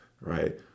right